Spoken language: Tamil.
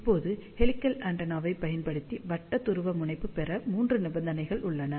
இப்போது ஹெலிகல் ஆண்டெனாவைப் பயன்படுத்தி வட்ட துருவமுனைப்பு பெற மூன்று நிபந்தனைகள் உள்ளன